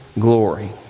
glory